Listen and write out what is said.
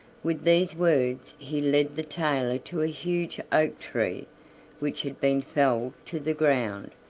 with these words he led the tailor to a huge oak tree which had been felled to the ground,